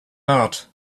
out